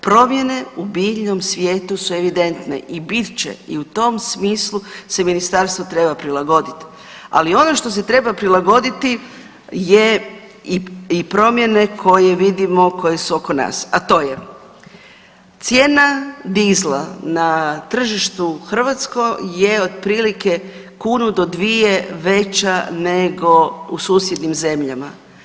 Promjene u biljnom svijetu su evidentne i bit će i u tom smislu se ministarstvo treba prilagodit, ali ono što se treba prilagoditi je i promjene koje vidimo koje su oko nas, a to je cijena dizela na tržištu hrvatskom je otprilike kunu do dvije veća nego u susjednim zemljama.